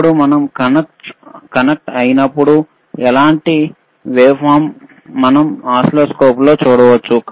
ఇప్పుడు మనం కనెక్ట్ చేసినప్పుడు ఎలాంటి వేవ్ఫార్మ్ మనం ఓసిల్లోస్కోప్లో చూడవచ్చు